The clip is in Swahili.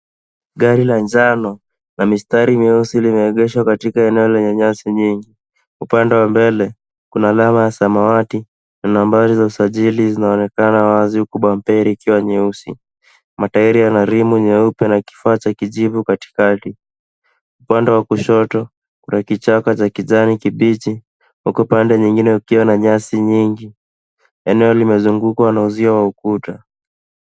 Gari la njano na mistari meusi limeegeshwa katika eneo lenye nyasi nyingi. Upande wa mbele kuna alama ya samawati na nambari za usajili zinaonekana wazi huku bumper ikiwa nyeusi. Matairi yana rimu nyeupe na kifaa cha kijivu katikati. Upande wa kushoto kuna kichaka cha kijani kibichi huku upande mwingine ukiwa na nyasi nyingi. Eneo limezungukwa na uzio wa ukuta.